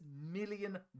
million